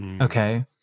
okay